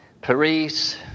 Paris